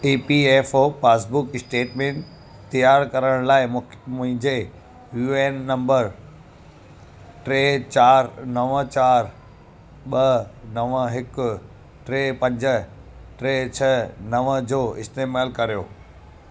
ए P F O passbook statement तयारु करण लाइ मुक मुंहिंजे यू एन नंबर टे चार नवं चार ॿ नवं हिकु टे पंज टे छह नवं जो इस्तेमालु कर्यो